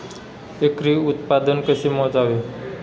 एकरी उत्पादन कसे मोजावे?